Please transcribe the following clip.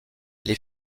les